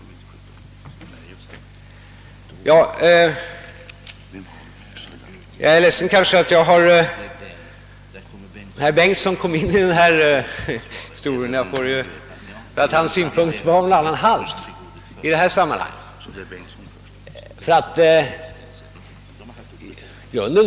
Sedan är jag litet ledsen över att herr Bengtson i Solna har kommit med i detta sammanhang, eftersom hans synpunkter ju delvis har varit av en annan halt.